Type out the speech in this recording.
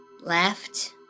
left